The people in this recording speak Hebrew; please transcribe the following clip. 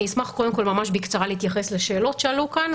אני אשמח קודם כל ממש בקצרה להתייחס לשאלות שעלו כאן,